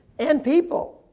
and people,